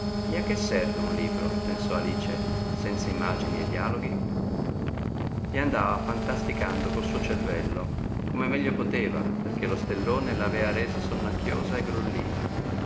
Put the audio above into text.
e a che serve un libro pensò alice senza imagini e dialoghi e andava fantasticando col suo cervello come meglio poteva perchè lo stellone l'avea resa sonnacchiosa e grullina se